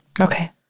Okay